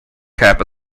cap